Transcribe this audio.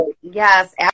Yes